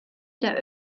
der